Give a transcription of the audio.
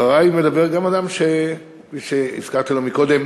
אחרי מדבר גם אדם שהזכרתי אותו קודם,